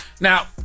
now